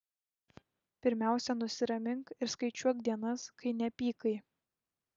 pirmiausia nusiramink ir skaičiuok dienas kai nepykai